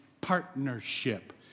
partnership